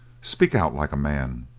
speak out like a man.